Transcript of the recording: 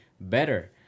better